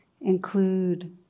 include